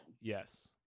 Yes